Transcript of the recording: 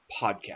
podcast